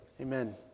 Amen